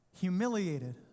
Humiliated